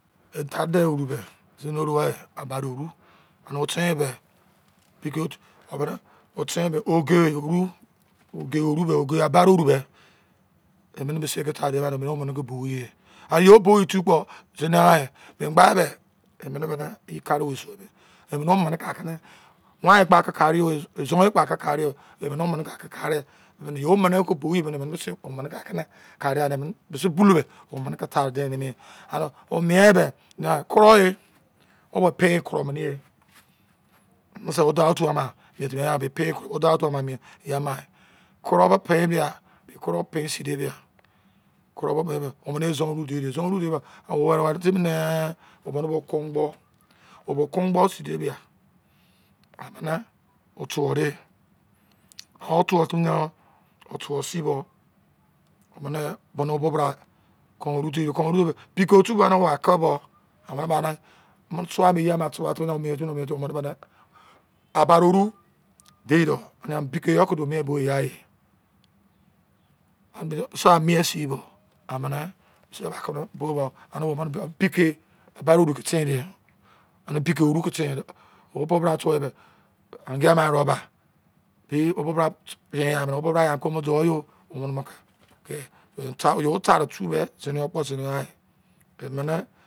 Eta de oru be, zino orua bade oru, an o ten be oge oru a bade oru emene mise ye tere me mene ke boye an ye bo mi tu kpo, zinai gba de emene emene oru kare wei sude emene ka ke wan ye kpo ke kare yo izon wei kpo ake kare yo yo mene ke bo mene me mise bulou omene ke tare de mi ane o me be kro e o be pe kro mene ye mise wo dau otu ama, kro bo pe mi ya ma i kro pesi de ba, kro bo, kro pesi de ba omene izon owu de de were timi ne omene bo kon kpo o bo kon zi daya amene tode otuwu timi ne, o tuwu sin bo emene bonu bo bra kon oru de de. Aba de oru ge go miyo do wiye. Mise bra mien si bo amene te da, pike abade oru ke ten ne ye an pike oru ke ten ne abade oru ke ten ne pike oruke ten ne, anga maru ba, ye tera tu me zine yo kpo zin ne yo ai emene